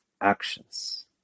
actions